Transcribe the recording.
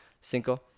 cinco